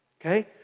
Okay